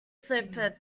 slip